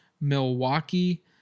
Milwaukee